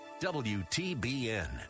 WTBN